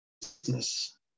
business